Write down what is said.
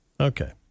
Okay